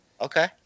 Okay